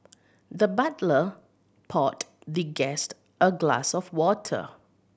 the butler poured the guest a glass of water